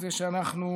בזה שאנחנו